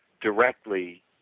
directly